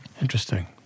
Interesting